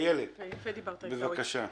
איילת נחמיאס ורבין, בבקשה.